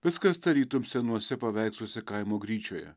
viskas tarytum senuose paveiksluose kaimo gryčioje